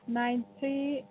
nine three